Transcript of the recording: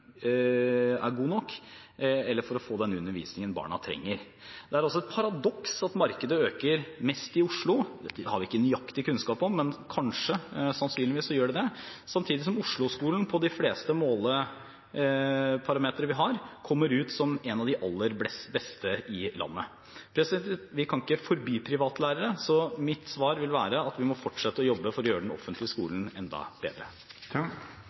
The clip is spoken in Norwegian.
er god nok, eller for å få den undervisningen barna trenger. Det er også et paradoks at markedet øker mest i Oslo. Dette har vi ikke nøyaktig kunnskap om, men kanskje sannsynligvis gjør det det, samtidig som Osloskolen på de fleste måleparametere vi har, kommer ut som en av de aller beste i landet. Vi kan ikke forby privatlærere, så mitt svar vil være at vi må fortsette å jobbe for å gjøre den offentlige skolen enda bedre.